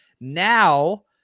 Now